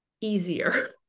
easier